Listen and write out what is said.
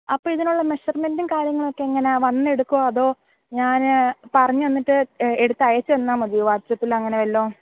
അപ്പോൾ ഇതിനുള്ള മെഷർമെൻറും കാര്യങ്ങളും ഒക്കെ എങ്ങനെയാണ് വന്ന് എടുക്കുമോ അതോ ഞാൻ പറഞ്ഞ് തന്നിട്ട് എടുത്ത് അയച്ച് തന്നാൽ മതിയോ വാട്സാപ്പിൽ അങ്ങനെ വല്ലതും